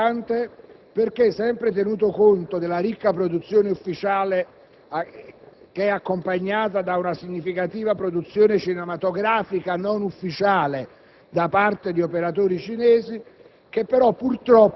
Sotto il profilo politico, lo ritengo importante perché bisogna tener conto che la ricca produzione ufficiale è accompagnata da una significativa produzione cinematografica non ufficiale